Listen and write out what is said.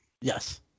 Yes